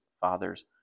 father's